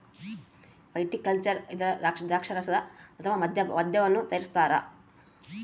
viticulture ಇಂದ ದ್ರಾಕ್ಷಾರಸ ಅಥವಾ ಮದ್ಯವನ್ನು ತಯಾರಿಸ್ತಾರ